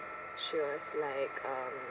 she was like um